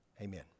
Amen